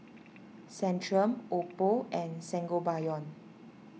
Centrum Oppo and Sangobion